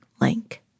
link